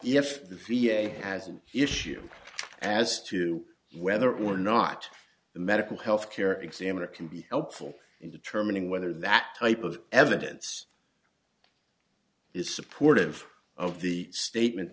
a has an issue as to whether or not the medical health care examiner can be helpful in determining whether that type of evidence is supportive of the statement